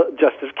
Justice